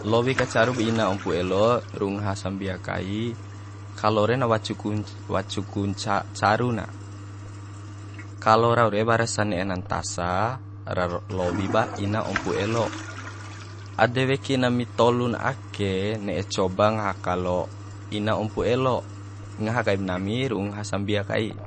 Lowi ka carub ina ompu elo ru'u ngaha sambia kai kalo re na wacu ku wacu ku caru na kalo rau re warasa ne'e na ntasa ra lowi ba ina ompu elo ade weki nami tolun ake ne'e coba ngaha kalo ina ompu elo ngaha kaib nami ru'u ngaha sambia kai